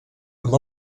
amb